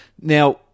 Now